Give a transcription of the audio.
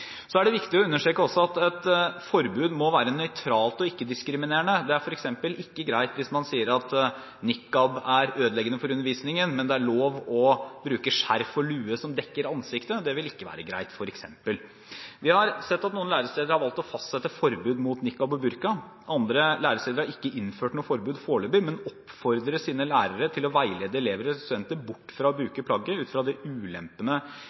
er viktig å understreke at et forbud må være nøytralt og ikke-diskriminerende. Det er f.eks. ikke greit hvis man sier at niqab er ødeleggende for undervisningen, men at det er lov å bruke skjerf og lue som dekker ansiktet. Det vil altså ikke være greit. Vi har sett at noen læresteder har valgt å fastsette forbud mot niqab og burka. Andre læresteder har ikke innført noe forbud foreløpig, men oppfordrer sine lærere til å veilede elever og studenter bort fra å bruke plagget ut fra de ulempene